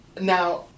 Now